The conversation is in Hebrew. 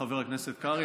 חבר הכנסת קרעי,